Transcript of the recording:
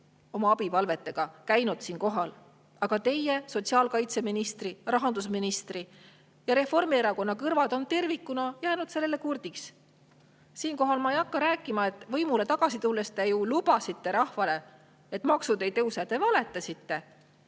oma abipalvetega käinud siin kohal, aga teie, sotsiaalkaitseministri, rahandusministri ja Reformierakonna kõrvad on tervikuna jäänud kurdiks. Ma ei hakka rääkima sellest, et võimule tagasi tulles te ju lubasite rahvale, et maksud ei tõuse. Te valetasite!